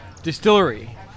distillery